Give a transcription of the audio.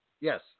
Yes